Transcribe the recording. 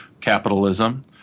Capitalism